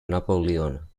napoleon